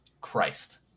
Christ